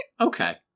Okay